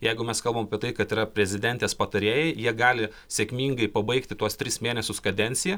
jeigu mes kalbam apie tai kad yra prezidentės patarėjai jie gali sėkmingai pabaigti tuos tris mėnesius kadenciją